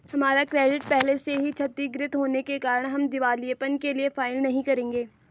हमारा क्रेडिट पहले से ही क्षतिगृत होने के कारण हम दिवालियेपन के लिए फाइल नहीं करेंगे